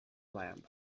lamb